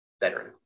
veteran